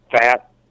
Fat